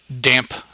damp